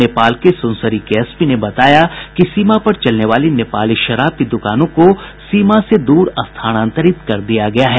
नेपाल के सुनसरी के एसपी ने बताया कि सीमा पर चलने वाली नेपाली शराब की दुकानों को सीमा से दूर स्थानांतरित कर दिया गया है